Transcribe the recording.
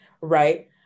right